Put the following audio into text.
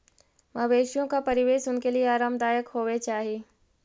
मवेशियों का परिवेश उनके लिए आरामदायक होवे चाही